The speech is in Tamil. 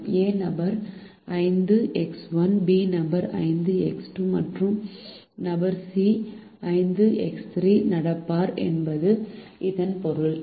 A நபர் 5 X1 B நபர் 5 X2 மற்றும் நபர் C 5 X3 நடப்பார் என்பதும் இதன் பொருள்